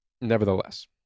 nevertheless